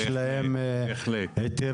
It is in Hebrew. יש להם היתרים,